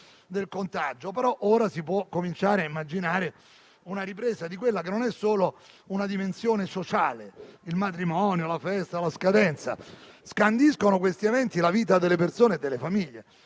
Però ora si può cominciare a immaginare una ripresa di quella che non è solo una dimensione sociale (il matrimonio, la festa, la ricorrenza: questi eventi scandiscono la vita delle persone e delle famiglie),